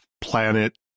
planet